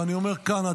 ואני אומר כאן,